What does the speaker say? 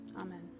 Amen